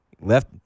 left